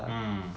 mm